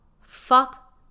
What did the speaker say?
fuck